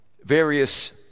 various